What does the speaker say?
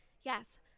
yes